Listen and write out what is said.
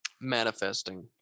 manifesting